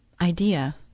idea